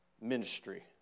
ministry